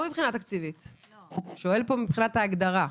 הוא שואל פה מבחינת ההגדרה.